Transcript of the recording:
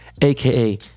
AKA